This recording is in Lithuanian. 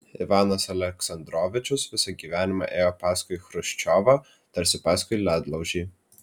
ivanas aleksandrovičius visą gyvenimą ėjo paskui chruščiovą tarsi paskui ledlaužį